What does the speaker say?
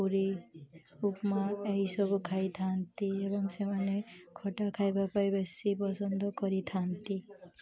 ପୁରୀ ଉପମା ଏହିସବୁ ଖାଇଥାନ୍ତି ଏବଂ ସେମାନେ ଖଟା ଖାଇବା ପାଇଁ ବେଶୀ ପସନ୍ଦ କରିଥାନ୍ତି